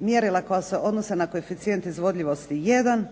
mjerila koja se odnose na koeficijent izvodljivosti 1